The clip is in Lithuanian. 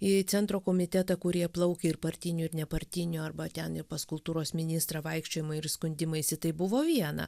į centro komitetą kurie plaukė ir partinių ir nepartinių arba ten ir pas kultūros ministrą vaikščiojimai ir skundimaisi tai buvo viena